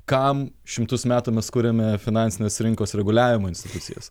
kam šimtus metų mes kuriame finansinės rinkos reguliavimo institucijas